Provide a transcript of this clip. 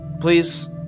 Please